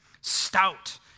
stout